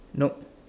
nope